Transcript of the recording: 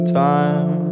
time